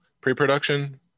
pre-production